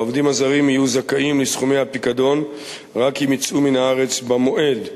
העובדים הזרים יהיו זכאים לסכומי הפיקדון רק אם יצאו מן הארץ במועד.